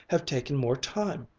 have taken more time.